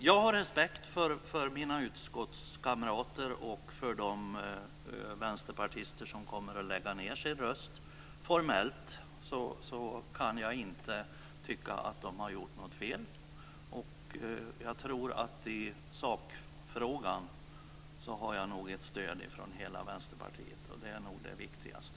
Jag har respekt för mina utskottskamrater och för de vänsterpartister som kommer att lägga ned sina röster. Formellt kan jag inte tycka att de har gjort något fel. Jag tror att jag i sakfrågan har ett stöd från hela Vänsterpartiet. Det är nog det viktigaste.